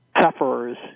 sufferers